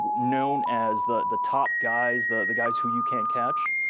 known as the the top guys, the the guys who you can't catch.